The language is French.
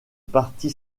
partie